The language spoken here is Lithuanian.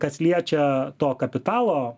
kas liečia to kapitalo